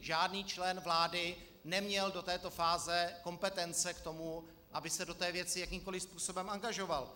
Žádný člen vlády neměl do této fáze kompetence k tomu, aby se do té věci jakýmkoliv způsobem angažoval.